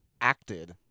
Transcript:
acted